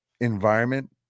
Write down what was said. environment